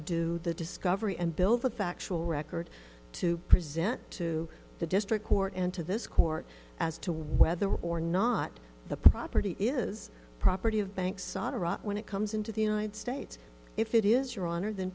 do the discovery and build the factual record to present to the district court and to this court as to whether or not the property is property of banks saw to rot when it comes into the united states if it is your honor th